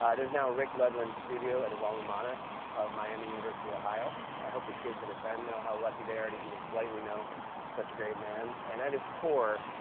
there's now a rick ludwin studio at his alma mater of miami university, ohio. i hope the kids that attend know how lucky they are to even slightly know such a great man. and at his core,